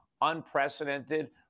unprecedented